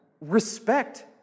respect